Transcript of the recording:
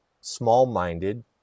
small-minded